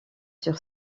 sur